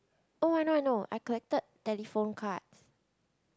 oh I know I know I collected telephone cards